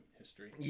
history